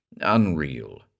unreal